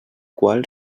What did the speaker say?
qual